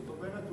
זאת אומרת,